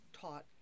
taught